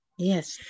Yes